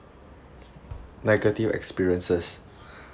negative experiences